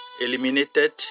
eliminated